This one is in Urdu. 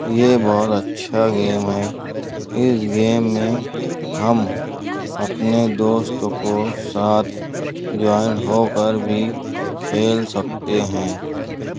یہ بہت اچھا گیم ہے اس گیم میں ہم اپنے دوست کو ساتھ جوائنڈ ہو کر بھی کھیل سکتے ہیں